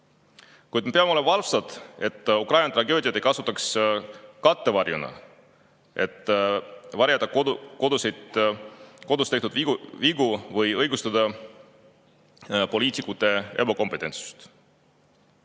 me peame olema valvsad, et Ukraina tragöödiat ei kasutataks kattevarjuna, et varjata kodus tehtud vigu või õigustada poliitikute ebakompetentsust.